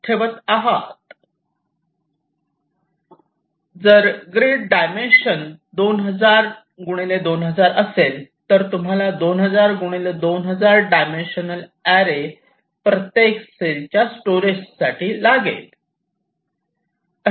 जर grid dimension 2000 2000 असेल तर तुम्हाला 2000 2000 डायमेन्शनल अॅरे प्रत्येक सेलच्या स्टोरेज स्टेटस साठी लागेल